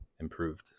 improved